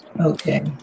okay